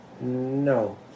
No